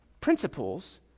principles